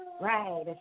right